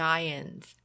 Giants